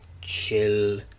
chill